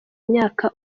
imyaka